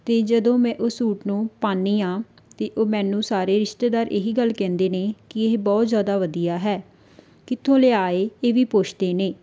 ਅਤੇ ਜਦੋਂ ਮੈਂ ਉਹ ਸੂਟ ਨੂੰ ਪਾਉਂਦੀ ਹਾਂ ਤਾਂ ਉਹ ਮੈਨੂੰ ਸਾਰੇ ਰਿਸ਼ਤੇਦਾਰ ਇਹ ਹੀ ਗੱਲ ਕਹਿੰਦੇ ਨੇ ਕਿ ਇਹ ਬਹੁਤ ਜ਼ਿਆਦਾ ਵਧੀਆ ਹੈ ਕਿੱਥੋਂ ਲਿਆ ਹੈ ਇਹ ਵੀ ਪੁੱਛਦੇ ਨੇ